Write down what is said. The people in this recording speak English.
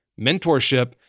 mentorship